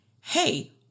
hey